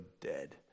dead